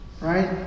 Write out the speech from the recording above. right